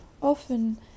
often